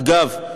אגב,